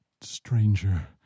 stranger